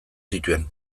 zituen